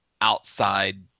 outside –